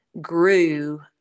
grew